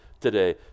today